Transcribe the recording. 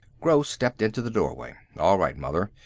gross stepped into the doorway. all right, mother.